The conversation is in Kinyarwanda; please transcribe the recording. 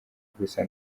gusa